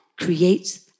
creates